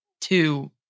two